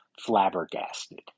flabbergasted